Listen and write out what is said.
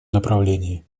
направлении